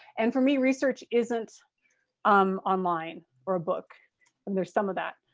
and for me research isn't um online or a book and there's some of that.